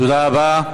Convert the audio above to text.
תודה רבה.